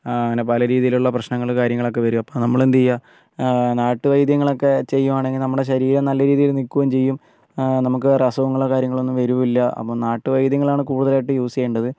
ആ അങ്ങനെ പല രീതിയിലുള്ള പ്രശ്നങ്ങൾ കാര്യങ്ങൾ ഒക്കെ വരും അപ്പോൾ നമ്മൾ എന്താ ചെയ്യുക നാട്ടു വൈദ്യങ്ങളൊക്കെ ചെയ്യുവാണെങ്കിൽ നമ്മുടെ ശരീരം നല്ല രീതിയിൽ നിൽക്കുകയും ചെയ്യും നമുക്ക് വേറെ അസുഖങ്ങളോ കാര്യങ്ങളോ ഒന്നും വരൂ ഇല്ല അപ്പോൾ നാട്ടു വൈദ്യങ്ങളാണ് കൂടുതലായിട്ടും യൂസ് ചെയ്യേണ്ടത്